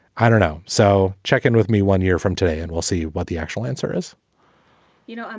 i don't know. so check in with me one year from today and we'll see what the actual answer is you know,